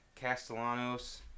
Castellanos